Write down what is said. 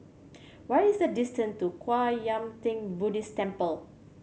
what is the distance to Kwan Yam Theng Buddhist Temple